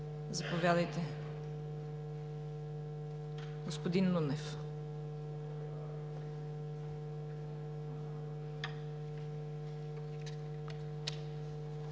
Заповядайте, господин Нунев.